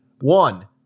one